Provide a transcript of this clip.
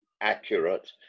accurate